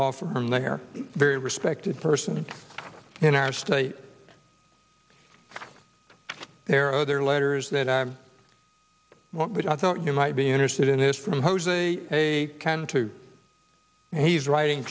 law firm there very respected person in our state there are other letters that i thought you might be interested in is from jose a cantu he's writing